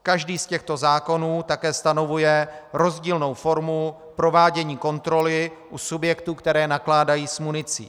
Každý z těchto zákonů také stanovuje rozdílnou formu provádění kontroly u subjektů, které nakládají s municí.